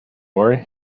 worry